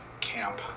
camp